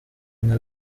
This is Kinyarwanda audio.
nka